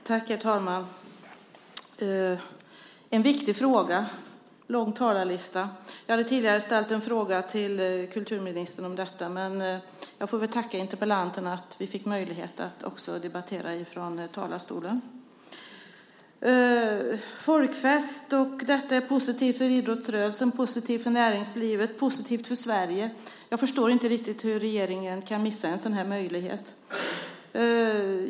Herr talman! Det här är en viktig fråga, och talarlistan är lång. Jag har tidigare ställt en fråga om detta till kulturministern, men jag får tacka interpellanterna för att vi fick möjlighet att också debattera från talarstolen. Det är en folkfest, och detta är positivt för idrottsrörelsen, för näringslivet och för Sverige - jag förstår inte hur regeringen kan missa en sådan här möjlighet.